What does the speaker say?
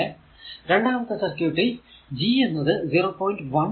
അത് പോലെ രണ്ടാമത്തെ സർക്യൂട്ടിൽ G എന്നത് 0